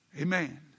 Amen